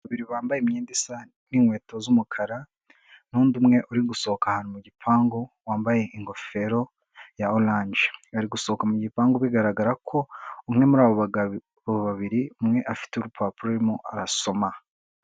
Babiri bambaye imyenda isa n’inkweto z'umukara nundi umwe uri gusohoka ahantu mu gipangu wambaye ingofero ya oranje, bari gusohoka mu gipangu bigaragara ko umwe muri abo bagabo babiri umwe afite urupapuro arimo arasoma.